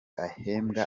ahembwa